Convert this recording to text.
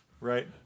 Right